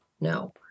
no